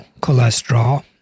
cholesterol